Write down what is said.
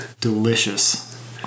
delicious